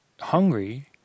hungry